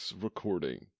recording